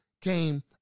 came